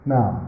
Now